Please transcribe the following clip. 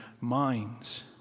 minds